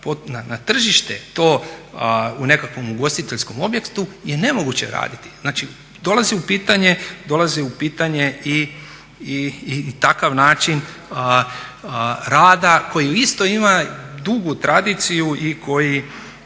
na tržište to u nekakvom ugostiteljskom objektu je nemoguće raditi. Znači, dolazi u pitanje i takav način rada koji isto ima dugu tradiciju i koji